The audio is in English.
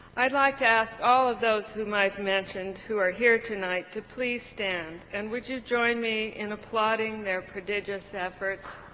i'd like to ask all of those whom i have mentioned who are here tonight to please stand and would you join me in applauding their prodigious efforts.